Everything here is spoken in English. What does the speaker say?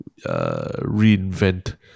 reinvent